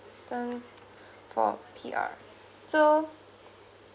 uh for P_R so